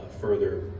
further